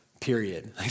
period